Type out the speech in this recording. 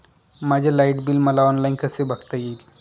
माझे light bill मला online कसे बघता येईल?